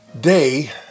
day